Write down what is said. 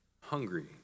hungry